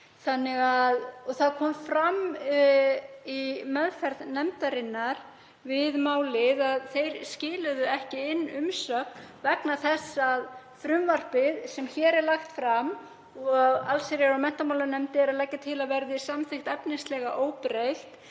innkirtla. Það kom fram í meðferð nefndarinnar að þeir skiluðu ekki inn umsögn vegna þess að frumvarpið sem hér er lagt fram og allsherjar- og menntamálanefnd er að leggja til að verði samþykkt, efnislega óbreytt,